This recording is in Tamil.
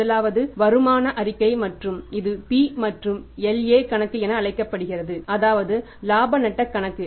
முதலாவது வருமான அறிக்கை மற்றும் இது P மற்றும் LA கணக்கு என அழைக்கப்படுகிறது அதாவது இலாப நட்ட கணக்கு